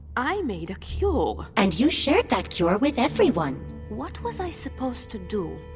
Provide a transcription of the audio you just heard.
i made a cure and you shared that cure with everyone what was i supposed to do,